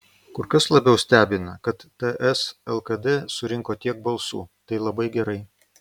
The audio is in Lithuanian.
kur kas labiau stebina kad ts lkd surinko tiek balsų tai labai gerai